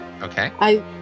Okay